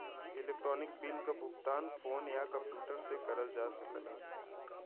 electronic bill क भुगतान phone या कम्प्यूटर से करल जा सकला